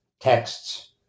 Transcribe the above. texts